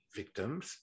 victims